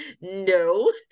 no